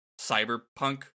cyberpunk